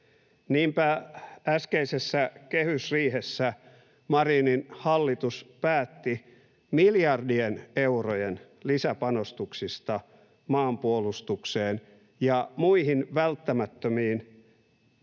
Niinpä äskeisessä kehysriihessä Marinin hallitus päätti miljardien eurojen lisäpanostuksista maanpuolustukseen ja muihin välttämättömiin,